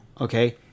okay